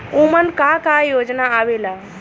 उमन का का योजना आवेला?